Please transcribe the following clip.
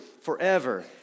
forever